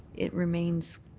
it remains